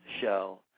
show